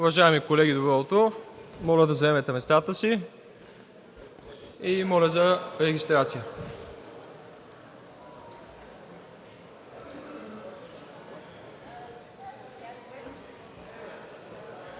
Уважаеми колеги, добро утро. Моля да заемете местата си и моля за регистрация.